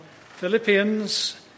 Philippians